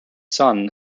son